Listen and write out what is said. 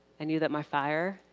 i knew that my fire,